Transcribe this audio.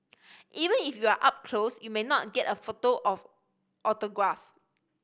even if you are up close you may not get a photo of autograph